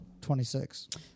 26